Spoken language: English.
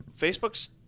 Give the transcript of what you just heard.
Facebook's